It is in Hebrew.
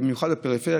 במיוחד בפריפריה,